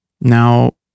Now